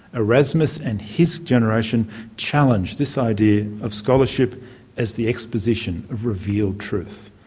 erasmus and his generation challenged this idea of scholarship as the exposition of revealed truth.